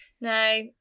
No